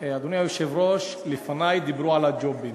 אדוני היושב-ראש, לפני דיברו על הג'ובים,